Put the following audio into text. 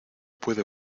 puede